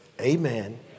Amen